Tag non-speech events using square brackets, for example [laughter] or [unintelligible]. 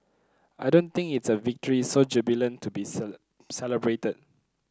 I don't think it's a victory so jubilant to be [unintelligible] celebrated